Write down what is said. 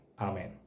Amen